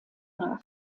nach